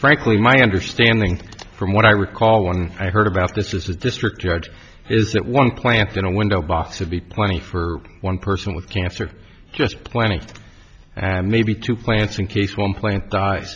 frankly my understanding from what i recall once i heard about this as a district judge is that one planted in a window box to be plenty for one person with cancer just plenty and maybe two plants in case one plant die